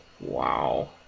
Wow